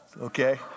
okay